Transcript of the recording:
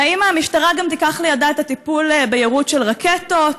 והאם המשטרה גם תיקח לידה את הטיפול ביירוט של רקטות,